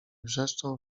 wrzeszczał